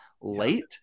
late